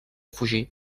fugir